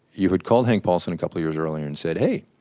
you had called hank paulson a couple of years earlier and said, hey,